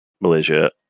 Malaysia